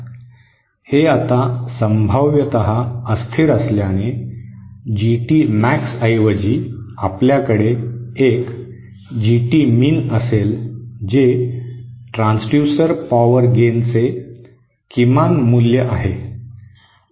हे आता संभाव्यत अस्थिर असल्याने जीटी मॅक्सऐवजी आपल्याकडे एक जीटीमीन असेल जे ट्रान्सड्यूसर पॉवर गेनचे किमान मूल्य आहे